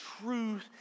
truth